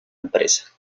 empresa